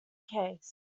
case